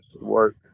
work